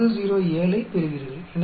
407 ஐப் பெறுவீர்கள்